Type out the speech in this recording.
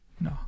No